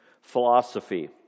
philosophy